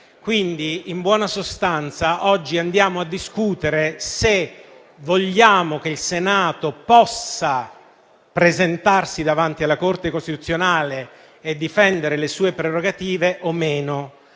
Stato. In buona sostanza oggi andiamo a discutere se vogliamo che il Senato possa presentarsi davanti alla Corte costituzionale e difendere le sue prerogative o meno;